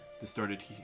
distorted